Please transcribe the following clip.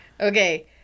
Okay